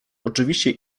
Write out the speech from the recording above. oczywiście